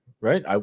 right